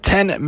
Ten